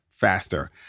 faster